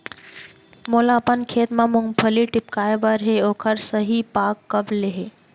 मोला अपन खेत म मूंगफली टिपकाय बर हे ओखर सही पाग कब ले हे?